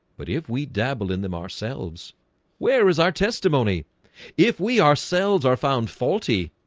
but if we dabble in them ourselves where is our testimony if we ourselves are found faulty?